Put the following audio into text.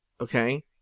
okay